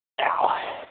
Ow